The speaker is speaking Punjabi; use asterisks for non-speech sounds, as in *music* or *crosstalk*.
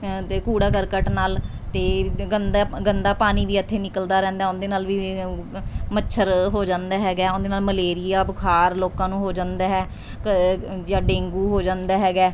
ਅਤੇ ਕੂੜਾ ਕਰਕਟ ਨਾਲ ਅਤੇ ਗੰਦਾ ਗੰਦਾ ਪਾਣੀ ਵੀ ਇਥੇ ਨਿਕਲਦਾ ਰਹਿੰਦਾ ਉਹਦੇ ਨਾਲ ਵੀ *unintelligible* ਮੱਛਰ ਹੋ ਜਾਂਦਾ ਹੈਗਾ ਉਹਦੇ ਨਾਲ ਮਲੇਰੀਆ ਬੁਖਾਰ ਲੋਕਾਂ ਨੂੰ ਹੋ ਜਾਂਦਾ ਹੈ ਘ ਜਾਂ ਡੇਂਗੂ ਹੋ ਜਾਂਦਾ ਹੈਗਾ